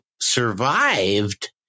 survived